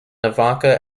avoca